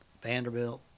Vanderbilt